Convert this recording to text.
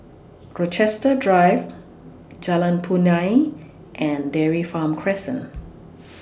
Rochester Drive Jalan Punai and Dairy Farm Crescent